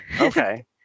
Okay